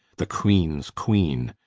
the queenes, queene?